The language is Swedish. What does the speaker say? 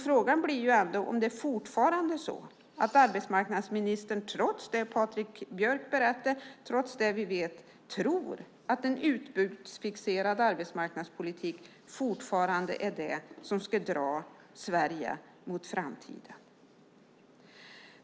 Frågan blir ändå om det fortfarande är så att arbetsmarknadsministern, trots det Patrik Björck berättade och trots det vi vet, tror att en utbudsfixerad arbetsmarknadspolitik är det som ska dra Sverige mot framtiden.